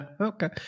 okay